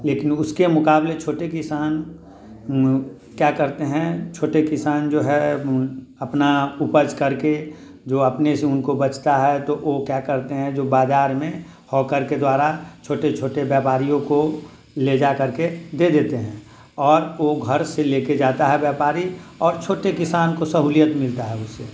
लेकिन उसके मुकाबले छोटे किसान क्या करते हैं छोटे किसान जो है अपना उपज करके जो अपने से उनको बचता है तो वो क्या करते हैं जो बाजार में हॉकर के द्वारा छोटे छोटे व्यपारियों को ले जा करके दे देते हैं और वो घर से लेके जाता है व्यापारी और छोटे किसान को सहूलियत मिलता है उससे